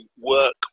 work